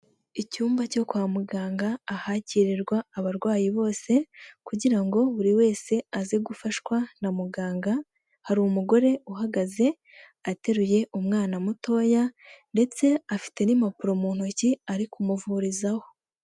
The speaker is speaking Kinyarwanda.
Icyumba cyo kwa muganga ahakirirwa abarwayi bose kugira ngo buri wese aze gufashwa na muganga, hari umugore uhagaze ateruye umwana mutoya ndetse afite n'impapuro mu ntoki ari kumuvurizaho.